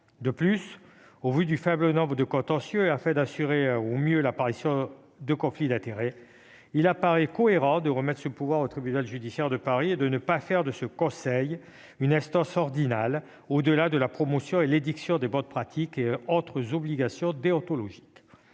De plus, au vu du faible nombre de contentieux, et afin de prévenir au mieux l'apparition de conflits d'intérêts, il semble cohérent de remettre ce pouvoir au tribunal judiciaire de Paris et de ne pas faire de ce Conseil une instance ordinale. Son rôle doit être d'édicter et de promouvoir de bonnes pratiques et des obligations déontologiques.